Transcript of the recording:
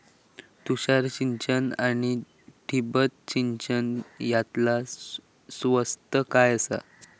तुषार सिंचन आनी ठिबक सिंचन यातला स्वस्त काय आसा?